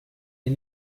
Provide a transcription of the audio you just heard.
ihr